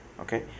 okay